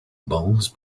bones